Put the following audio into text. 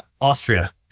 Austria